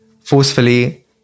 forcefully